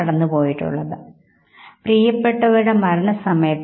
അതായത് മുഖത്തെ രണ്ടു വശങ്ങളുംവ്യത്യസ്ത നിലവാരത്തിൽ ഭാവങ്ങൾ പ്രകടിപ്പിക്കുന്നത്